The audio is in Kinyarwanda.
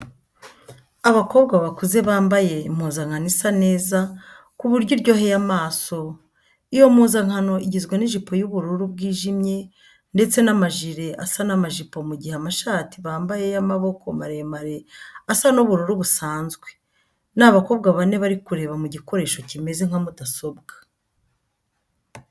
Abakobwa bakuze bambaye impuzankano isa neza ku buryo iryoheye amaso, iyo mpuzankano igizwe n'ijipo y'ubururu bwijimye ndetse n'amajire asa n'amajipo mu gihe amashati bambaye y'amaboko maremare asa n'ubururu busanzwe. Ni abakobwa bane bari kureba mu gikoresho kimeze nka mudasobwa.